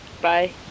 bye